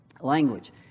language